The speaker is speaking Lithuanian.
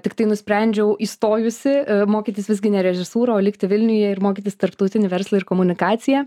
tiktai nusprendžiau įstojusi mokytis visgi ne režisūrą o likti vilniuje ir mokytis tarptautinį verslą ir komunikaciją